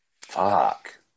fuck